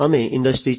અમે ઇન્ડસ્ટ્રી 4